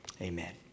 Amen